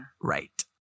right